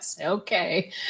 okay